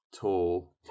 Tall